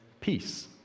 peace